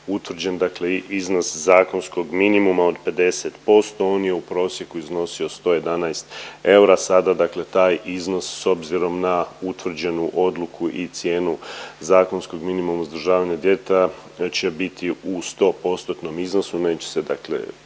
utvrđen dakle iznos zakonskog minimuma od 50%, on je u prosjeku iznosio 111 eura, sada dakle taj iznos, s obzirom na utvrđenu odluku i cijenu zakonskog minimuma uzdržavanja djeteta će biti u 100 postotnom iznosu, neće se dakle